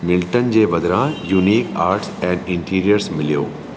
Milton जे बदिरां unique arts and interiors मिलियो